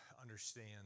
understand